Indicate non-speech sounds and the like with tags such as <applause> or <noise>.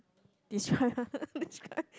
describe <laughs> describe